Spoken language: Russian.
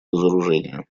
разоружению